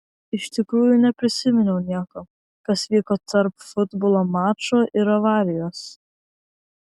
iš tikrųjų neprisiminiau nieko kas vyko tarp futbolo mačo ir avarijos